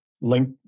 link